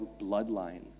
bloodline